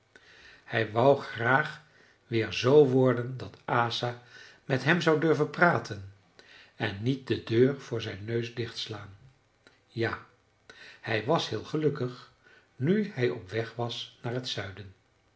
hij wou graag weer zoo worden dat asa met hem zou durven praten en niet de deur voor zijn neus dichtslaan ja hij was heel gelukkig nu hij op weg was naar t zuiden